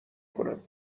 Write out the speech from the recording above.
کنم